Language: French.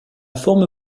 forme